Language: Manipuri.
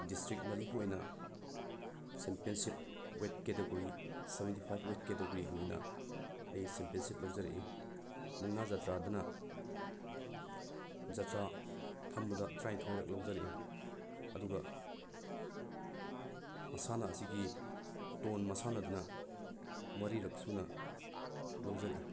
ꯗꯤꯁꯇ꯭ꯔꯤꯛ ꯃꯔꯤꯒꯤ ꯑꯣꯏꯅ championship weight category seventy five weight ꯀꯦꯇꯦꯒꯣꯔꯤꯒꯤ ꯑꯣꯏꯅ ꯑꯩ ꯆꯦꯝꯄꯤꯌꯟꯁꯤꯞ ꯂꯧꯖꯔꯛꯏ ꯃꯨꯛꯅꯥ ꯖꯇ꯭ꯔꯥꯗꯅ ꯖꯇ꯭ꯔꯥ ꯐꯝꯕꯗ ꯇꯔꯥꯅꯤꯊꯣꯏꯔꯛ ꯂꯧꯖꯔꯛꯏ ꯑꯗꯨꯒ ꯃꯁꯥꯟꯅ ꯑꯁꯤꯒꯤ ꯇꯣꯟ ꯃꯁꯥꯟꯅꯗꯅ ꯃꯔꯤꯔꯛ ꯁꯨꯅ ꯂꯧꯖꯔꯛꯏ